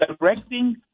directing